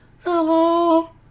hello